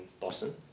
Boston